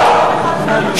נגד,